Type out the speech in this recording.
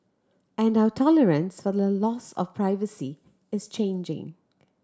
and our tolerance for the loss of privacy is changing